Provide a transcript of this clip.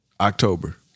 October